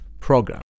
program